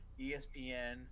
espn